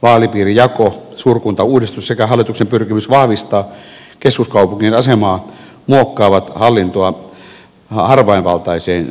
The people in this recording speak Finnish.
vaalipiirijako suurkuntauudistus sekä hallituksen pyrkimys vahvistaa keskuskaupunkien asemaa muokkaavat hallintoa harvainvaltaiseen suuntaan